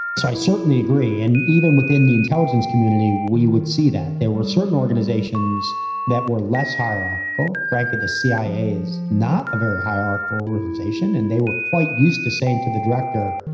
i certainly agree. and even within the intelligence community, we would see that there were certain organizations that were less hierarchical, frankly, the cia is not a very hierarchical organization and they were quite used to saying to the director,